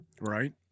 Right